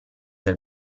del